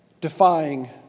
defying